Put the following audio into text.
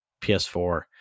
PS4